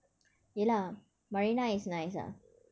ya lah marina is nice lah